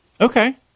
Okay